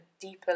deeper